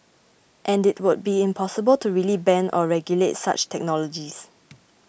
and it would be impossible to really ban or regulate such technologies